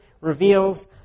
reveals